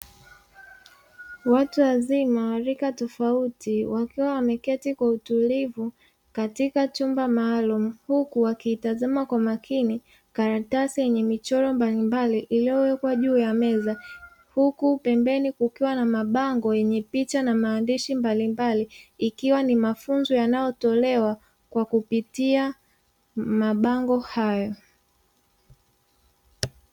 Watu wazima wa rika tofauti, wakiwa wameketi kwa utulivu katika chumba maalumu, huku wakiitazama kwa makini karatasi yenye michoro mbalimbali iliyowekwa juu ya meza. Huku pembeni kukiwa na mabango yenye picha na maandishi mbalimbali, ikiwa ni mafunzo yanayotolewa kwa kupitia mabango hayo.